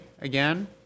again